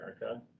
America